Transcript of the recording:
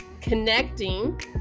connecting